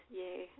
yay